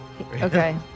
Okay